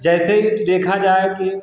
जैसे ये कि देखा जाए कि